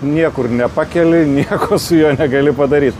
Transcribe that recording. niekur nepakeli nieko su juo negali padaryt